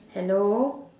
hello